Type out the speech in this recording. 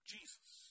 Jesus